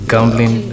Gambling